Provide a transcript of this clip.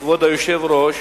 כבוד היושב-ראש,